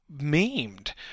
maimed